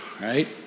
right